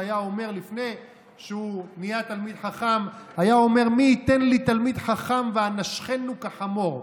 שלפני שנהיה תלמיד חכם היה אומר: מי ייתן לי תלמיד חכם ואנשכנו כחמור.